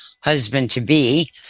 husband-to-be